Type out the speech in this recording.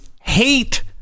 hate